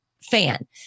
fan